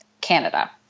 Canada